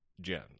Jen